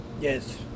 Yes